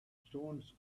stones